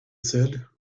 said